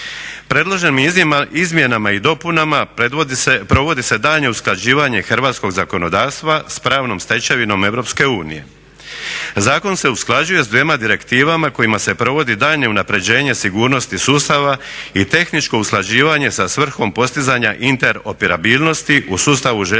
Predloženim izmjenama i dopunama provodi se daljnje usklađivanje hrvatskog zakonodavstva s pravnom stečevinom EU. Zakon se usklađuje s dvjema direktivama kojima se provodi daljnje unapređenje sigurnosti sustava i tehničko usklađivanje sa svrhom postizanja interoperabilnosti u sustavu željeznica